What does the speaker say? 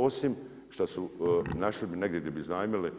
Osim što su, našli bi negdje di bi iznajmili